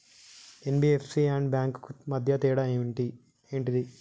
NBFC and banks కు మధ్య తేడా ఏంటిది?